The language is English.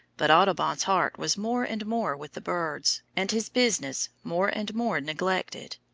but audubon's heart was more and more with the birds, and his business more and more neglected.